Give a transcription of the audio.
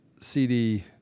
CD